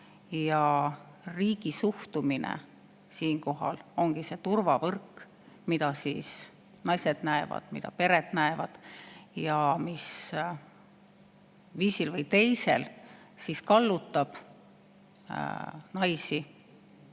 Riigi suhtumine ongi see turvavõrk, mida naised näevad, mida pered näevad ja mis viisil või teisel kallutab naisi